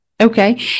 Okay